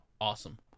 awesome